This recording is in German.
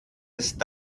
ist